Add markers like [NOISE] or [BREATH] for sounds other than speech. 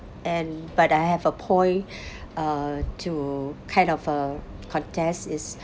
and but I have a point [BREATH] uh to kind of uh contest it's